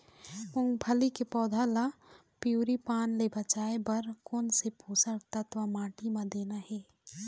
मुंगफली के पौधा ला पिवरी पान ले बचाए बर कोन से पोषक तत्व माटी म देना हे?